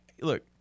Look